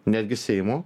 netgi seimo